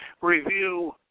review